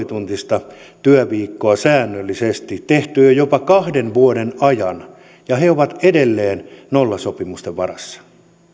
tuntista työviikkoa säännöllisesti on tehty jopa kahden vuoden ajan ja he ovat edelleen nollasopimusten varassa